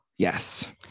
Yes